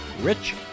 Rich